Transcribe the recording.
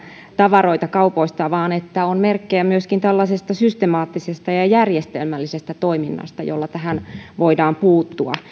tavaroita kaupoista vaan on merkkejä myöskin systemaattisesta ja järjestelmällisestä toiminnasta johon tällä voidaan puuttua